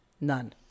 None